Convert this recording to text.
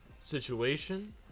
situation